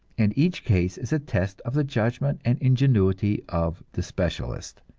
and each case is a test of the judgment and ingenuity of the specialist.